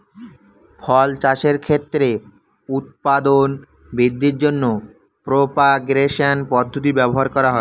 ফল চাষের ক্ষেত্রে উৎপাদন বৃদ্ধির জন্য প্রপাগেশন পদ্ধতি ব্যবহার করা হয়